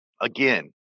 again